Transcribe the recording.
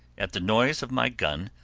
at the noise of my gun,